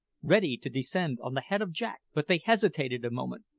ready to descend on the head of jack but they hesitated a moment,